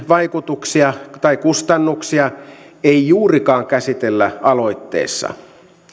vaikutuksia tai kustannuksia ei juurikaan käsitellä aloitteessa